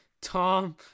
tom